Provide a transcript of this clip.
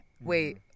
Wait